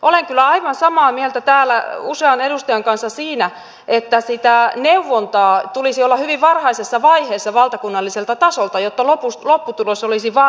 olen kyllä aivan samaa mieltä täällä usean edustajan kanssa siitä että sitä neuvontaa tulisi olla hyvin varhaisessa vaiheessa valtakunnalliselta tasolta jotta lopputulos olisi varsin hyvä